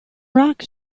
rock